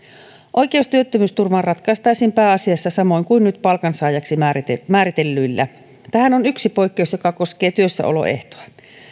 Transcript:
oikeus työttömyysturvaan ratkaistaisiin pääasiassa samoin kuin nyt palkansaajaksi määritellyillä tähän on yksi poikkeus joka koskee työssäoloehtoa